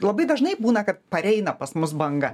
labai dažnai būna kad pareina pas mus banga